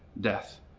death